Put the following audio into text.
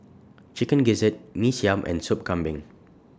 Chicken Gizzard Mee Siam and Sop Kambing